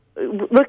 look